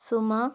Suma